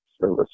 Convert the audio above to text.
service